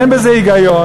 אין בזה היגיון.